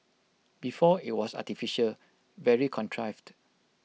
before IT was artificial very contrived